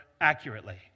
accurately